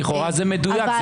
לכאורה זה מדויק.